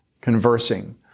conversing